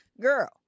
girl